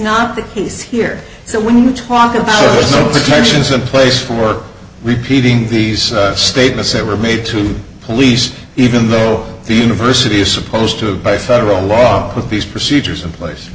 not the case here so when you talk about protections in place for work repeating these statements that were made to police even though the university is supposed to by federal law with these procedures in place